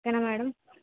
okay madam